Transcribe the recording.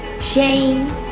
Shane